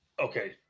Okay